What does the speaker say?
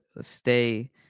stay